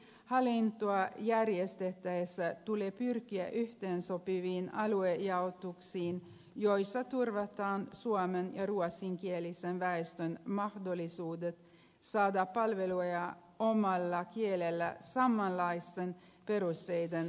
hallintoa järjestettäessä tulee pyrkiä yhteensopiviin aluejaotuksiin joissa turvataan suomen ja ruotsinkielisen väestön mahdollisuudet saada palveluja omalla kielellään samanlaisten perusteiden mukaan